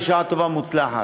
בשעה טובה ומוצלחת.